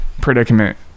predicament